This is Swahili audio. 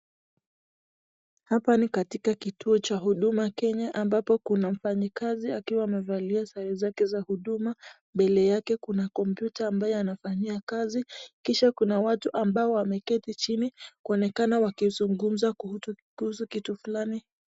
Hapa ni katika kituo ya huduma Kenya, ambapo kuna mfanyi kazi akiwa amevalia sare zake za huduma. Mbele yake kuna komputa ambaye anafanyia kazi. kisha kuna watu ambao wameketi chini kuonekana wakizungumza kuhusu kitu fulani.